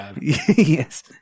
Yes